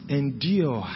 endure